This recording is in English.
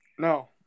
No